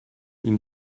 une